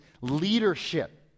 leadership